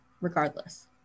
regardless